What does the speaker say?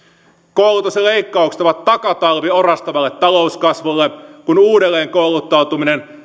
koulutusleikkaukset ovat takatalvi orastavalle talouskasvulle kun uudelleen kouluttautuminen